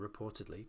reportedly